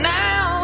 now